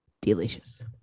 delicious